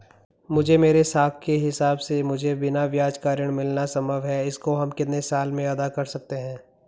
मुझे मेरे साख के हिसाब से मुझे बिना ब्याज का ऋण मिलना संभव है इसको हम कितने साल में अदा कर सकते हैं?